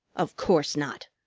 of course not!